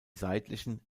seitlichen